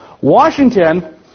Washington